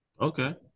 Okay